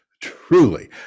truly